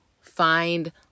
find